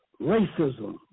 Racism